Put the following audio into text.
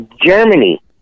Germany